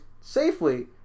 safely